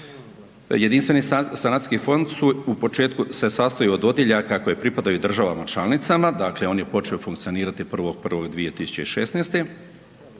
Jedinstveni sanacijski fond su u početku se sastoje od odjeljaka koje pripadaju državama članicama, dakle on je počeo funkcionirati 1.1.2016.,